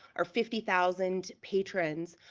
our fifty thousand patrons,